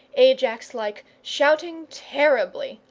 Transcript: ajax-like, shouting terribly,